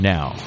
Now